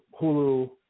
Hulu